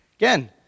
Again